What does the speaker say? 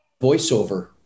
voiceover